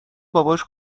باباش